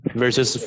versus